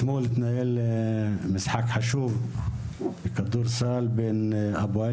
אתמול התנהל משחק חשוב בכדורסל בין הפועל